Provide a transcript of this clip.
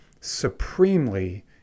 supremely